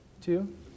two